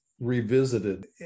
Revisited